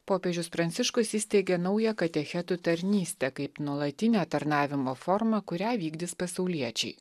popiežius pranciškus įsteigė naują katechetų tarnystę kaip nuolatinio tarnavimo formą kurią vykdys pasauliečiai